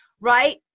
right